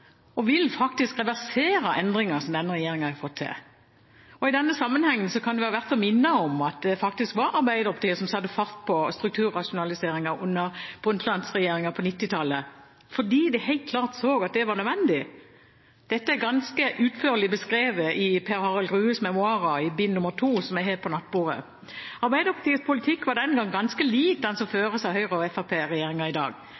og vil faktisk reversere endringer som denne regjeringen har fått til. I denne sammenhengen kan det være verdt å minne om at det faktisk var Arbeiderpartiet som satte fart på strukturrasjonaliseringen under Brundtland-regjeringen på 1990-tallet, fordi de helt klart så at det var nødvendig. Dette er ganske utførlig beskrevet i Per Harald Grues memoarer, bind to, som jeg har på nattbordet. Arbeiderpartiets politikk var den gang ganske lik den som føres av Høyre–Fremskrittsparti-regjeringen i dag,